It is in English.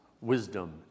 wisdom